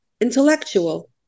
intellectual